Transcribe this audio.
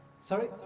Sorry